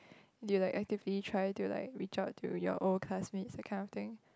do you like actively try to like reach out to your old classmates that kind of thing